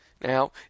Now